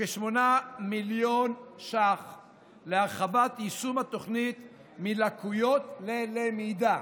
כ-8 מיליון שקלים להרחבת יישום התוכנית ללקויות ללמידה.